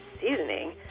Seasoning